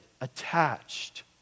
attached